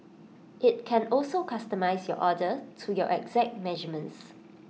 IT can also customise your order to your exact measurements